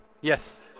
Yes